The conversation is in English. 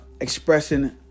expressing